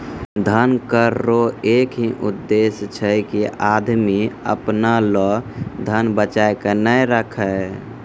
धन कर रो एक ही उद्देस छै की आदमी अपना लो धन बचाय के नै राखै